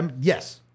yes